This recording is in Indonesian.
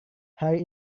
hari